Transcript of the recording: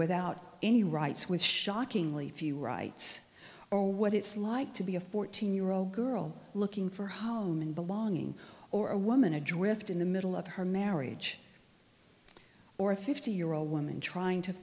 without any rights which shockingly few rights or what it's like to be a fourteen year old girl looking for home and belonging or a woman adrift in the middle of her marriage or a fifty year old woman trying to